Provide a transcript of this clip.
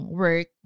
work